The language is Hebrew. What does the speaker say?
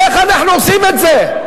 איך אנחנו עושים את זה?